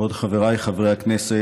כבוד חבריי חברי הכנסת,